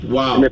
Wow